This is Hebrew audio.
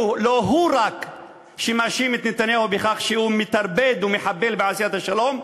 לא רק הוא מאשים את נתניהו שהוא מטרפד ומחבל בעשיית השלום,